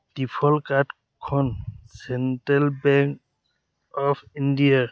default কাৰ্ডখন central bank of ইণ্ডিয়াৰ